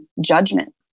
judgment